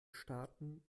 staaten